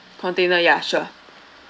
container ya sure